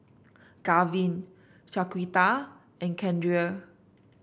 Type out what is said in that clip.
Gavin Shaquita and Keandre